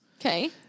Okay